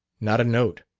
not a note.